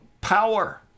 power